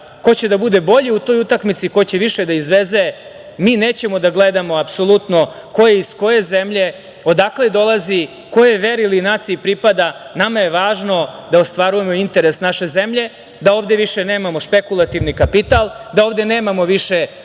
ko će da bude bolji u toj utakmici, ko će više da izveze. Mi nećemo da gledamo apsolutno ko je iz koje zemlje, odakle dolazi, kojoj veri ili naciji pripada, nama je važno da ostvarujemo interes naše zemlje, da ovde više nemamo špekulativni kapital, da ovde nemamo više